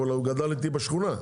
הוא גדל איתי בשכונה.